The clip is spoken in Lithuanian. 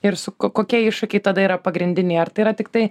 ir su ko kokie iššūkiai tada yra pagrindiniai ar tai yra tiktai